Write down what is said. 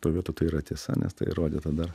toj vietoj tai yra tiesa nes tai įrodyta dar